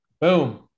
Boom